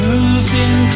Moving